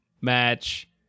match